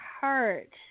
hurt